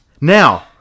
Now